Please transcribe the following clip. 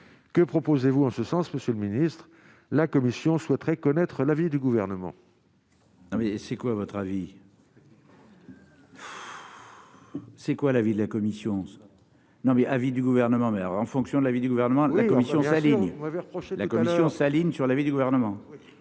que proposez-vous en ce sens, monsieur le Ministre, la commission souhaiterait connaître l'avis du gouvernement. Non mais c'est quoi à votre avis. C'est quoi l'avis de la commission non mais l'avis du Gouvernement mais en fonction de l'avis du gouvernement, la commission s'aligne la commission s'aligne sur l'avis du gouvernement,